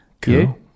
Cool